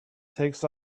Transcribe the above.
takes